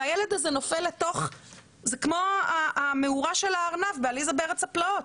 זה כמו המאורה של הארנב בעליזה בארץ הפלאות.